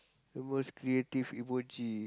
the most creative emoji